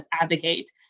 advocate